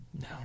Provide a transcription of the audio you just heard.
No